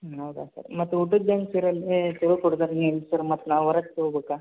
ಹೌದಾ ಸರ್ ಮತ್ತು ಊಟದ ತಗೋ ಕೊಡ್ಬೇಕು ನೀವು ಸರ್ ಮತ್ತು ನಾವು ಹೊರಗೆ ತಗೊಳ್ಬೇಕಾ